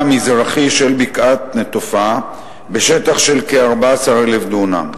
המזרחי של בקעת בית-נטופה בשטח של כ-14,000 דונם.